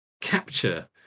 capture